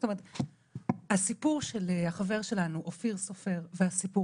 זאת אומרת הסיפור של החבר שלנו אופיס סופר והסיפור